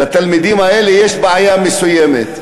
לתלמידים האלה יש בעיה מסוימת.